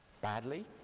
badly